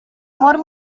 môr